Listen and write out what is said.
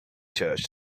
church